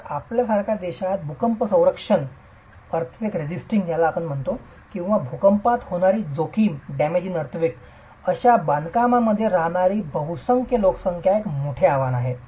तर आपल्यासारख्या देशात भूकंप संरक्षण किंवा भूकंपात होणारी जोखीम कमी अशा बांधकामांमध्ये राहणारी बहुसंख्य लोकसंख्या एक मोठे आव्हान आहे